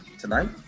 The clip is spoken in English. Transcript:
Tonight